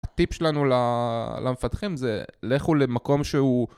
הטיפ שלנו למפתחים זה לכו למקום שהוא